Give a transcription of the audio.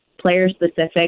player-specific